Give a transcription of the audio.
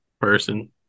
person